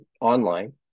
online